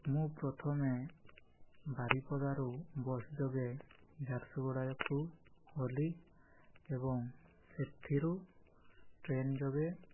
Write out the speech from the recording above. ମୁଁ ପ୍ରଥମେ ବାରିପଦାରୁ ବସ୍ ଯୋଗେ ଝାରସୁଗୁଡ଼ାକୁ ଗଲି ଏବଂ ସେଠିରୁ ଟ୍ରେନ୍ ଯୋଗେ